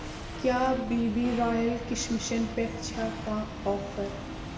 کیٛاہ B B royal کِشمِشن پٮ۪ٹھ چھا کانٛہہ آفر